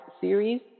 series